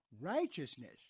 Righteousness